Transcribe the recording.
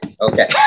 Okay